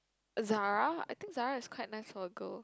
a Zara I think Zara is quite nice for a girl